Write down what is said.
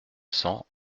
cents